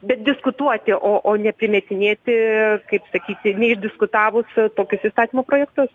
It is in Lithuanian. bet diskutuoti o o neprimetinėti kaip sakyti neišdiskutavus tokius įstatymų projektus